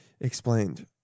explained